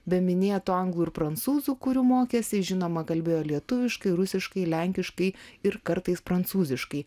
be minėtų anglų ir prancūzų kurių mokėsi žinoma kalbėjo lietuviškai rusiškai lenkiškai ir kartais prancūziškai